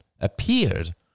appeared